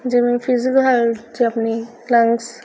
ਜਿਵੇਂ physical health ਆਪਣੀ lungs